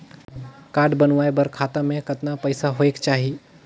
Card बनवाय बर खाता मे कतना पईसा होएक चाही?